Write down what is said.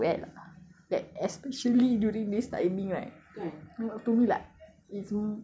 that's my personal belief lah like I wanted to add lah that especially during timing right